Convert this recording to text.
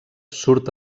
surt